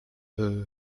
euh